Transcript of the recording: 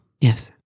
Yes